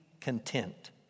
content